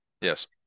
Yes